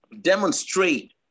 demonstrate